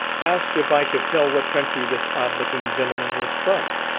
asked if i could tell what country this odd-looking gentleman was from?